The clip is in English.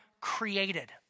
created